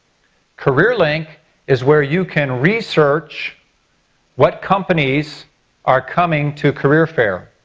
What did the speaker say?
career link is where you can research what companies are coming to career fair.